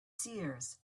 seers